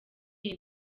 iyi